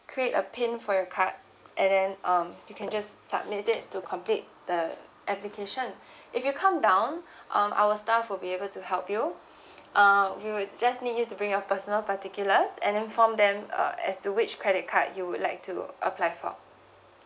create a PIN for your card and then um you can just submit it to complete the application if you come down um our staff will be able to help you uh we will just need you to bring your personal particulars and then from them uh as to which credit card you would like to apply for